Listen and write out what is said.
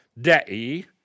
Dei